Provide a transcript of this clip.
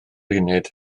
uned